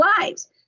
lives